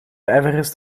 everest